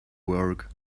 work